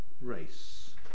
race